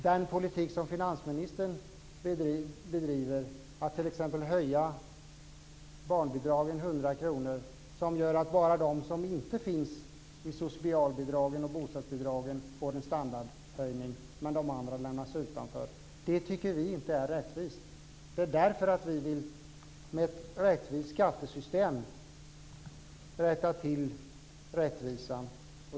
Den politik som finansministern bedriver, att höja t.ex. barnbidragen med 100 kr så att de som inte har socialbidrag och bostadsbidrag får en standardhöjning medan de andra lämnas utanför, tycker inte vi är rättvist. Det är därför vi med ett rättvist skattesystem vill rätta till rättvisan.